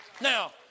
Now